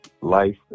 Life